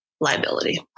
liability